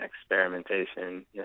experimentation